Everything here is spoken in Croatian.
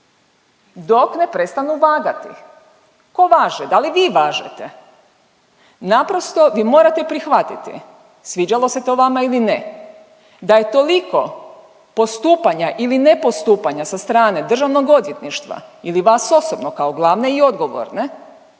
Dok ne prestanu vagati. Tko važe? Da li vi važete? Naprosto, vi morate prihvatiti, sviđalo se to vama ili ne, da je toliko postupanja ili nepostupanja sa strane državnog odvjetništva ili vas osobno kao glavne i odgovorne